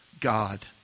God